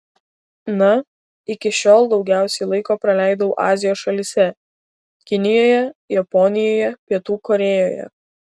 na iki šiol daugiausiai laiko praleidau azijos šalyse kinijoje japonijoje pietų korėjoje